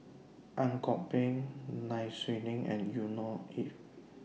Ang Kok Peng Nai Swee Leng and Yusnor Ef